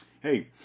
hey